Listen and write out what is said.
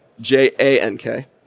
J-A-N-K